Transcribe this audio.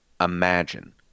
Imagine